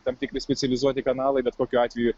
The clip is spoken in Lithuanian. tam tikri specializuoti kanalai bet kokiu atveju